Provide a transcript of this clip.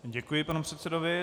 Děkuji panu předsedovi.